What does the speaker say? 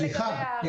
סליחה,